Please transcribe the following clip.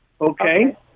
okay